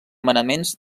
manaments